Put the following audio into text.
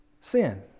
sin